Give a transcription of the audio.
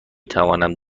توانم